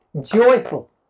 joyful